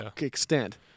extent